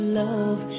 love